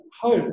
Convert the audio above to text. hope